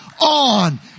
on